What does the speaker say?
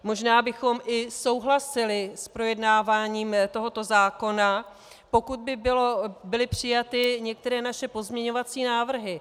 Možná bychom i souhlasili s projednáváním tohoto zákona, pokud by byly přijaty některé naše pozměňovací návrhy.